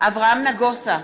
אברהם נגוסה,